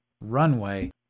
runway